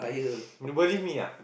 you believe me ah